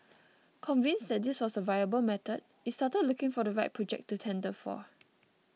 convinced that this was a viable method it started looking for the right project to tender for